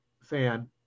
fan